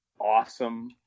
awesome